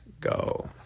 go